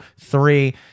three